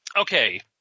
Okay